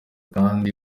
kandi